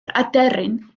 aderyn